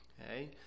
okay